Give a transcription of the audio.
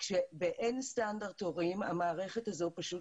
ובאין סטנדרט תורים המערכת הזאת פשוט